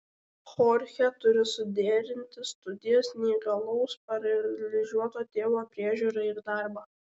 chorchė turi suderinti studijas neįgalaus paralyžiuoto tėvo priežiūrą ir darbą